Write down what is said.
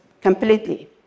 completely